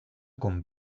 con